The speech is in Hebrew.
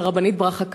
על הרבנית ברכה קאפח,